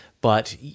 but-